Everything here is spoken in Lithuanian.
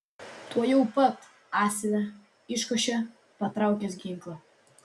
tuojau pat asile iškošė patraukęs ginklą